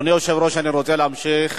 אדוני היושב-ראש, אני רוצה להמשיך